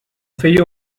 feia